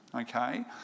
Okay